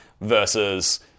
versus